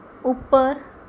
ਉੱਪਰ